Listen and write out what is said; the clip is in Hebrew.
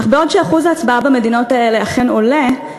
אך בעוד שאחוז ההצבעה במדינות האלה אכן עולה,